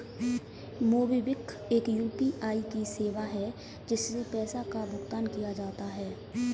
MobiKwik एक UPI की सेवा है, जिससे पैसे का भुगतान किया जाता है